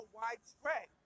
widespread